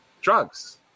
drugs